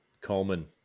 Coleman